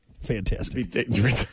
Fantastic